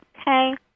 Okay